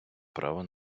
право